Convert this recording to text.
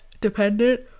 dependent